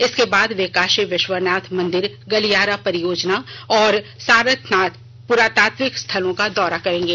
इसके बाद वे काशी विश्वनाथ मंदिर इस दौरान गलियारा परियोजना और सारनाथ पुरातत्विक स्थ्लों का दौरा करेंगे